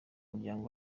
muryango